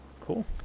Cool